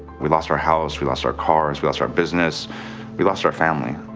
we lost our house, we lost our cars, we lost our business we lost our family.